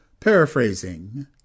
Paraphrasing